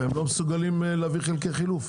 והם לא מסוגלים להביא חלקי חילוף.